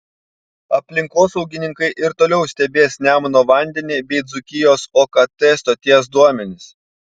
aplinkosaugininkai ir toliau stebės nemuno vandenį bei dzūkijos okt stoties duomenis